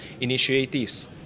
initiatives